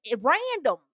random